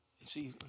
see